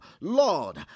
Lord